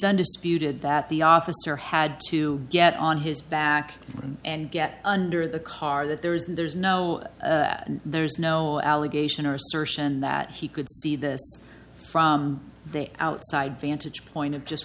undisputed that the officer had to get on his back and get under the car that there is there's no there's no allegation or assertion that he could see this from the outside vantage point of just